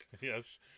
Yes